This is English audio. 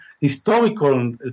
historical